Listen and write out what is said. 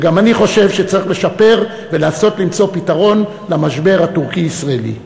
וגם אני חושב שצריך לשפר ולנסות למצוא פתרון למשבר הטורקי ישראלי.